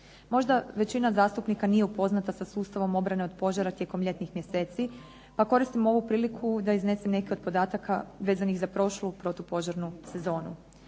Možda većina zastupnika nije upoznata sa sustavom obrane od požara tijekom ljetnih mjeseci pa koristim ovu priliku da iznesem neke od podataka vezanih za prošlu protupožarnu sezonu.